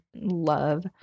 love